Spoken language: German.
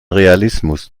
realismus